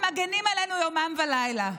אלה שמגינים עלינו יומם ולילה.